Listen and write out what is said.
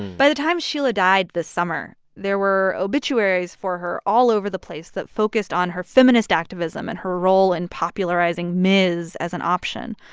by the time sheila died this summer, there were obituaries for her all over the place that focused on her feminist activism and her role in popularizing ms. as an option.